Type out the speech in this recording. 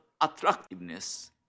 attractiveness